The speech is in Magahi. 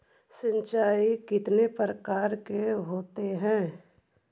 सिंचाई कितने प्रकार के होते हैं?